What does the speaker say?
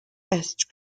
best